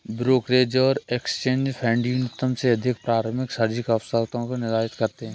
brokerage और exchange फेडन्यूनतम से अधिक प्रारंभिक मार्जिन आवश्यकताओं को निर्धारित करते हैं